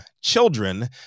children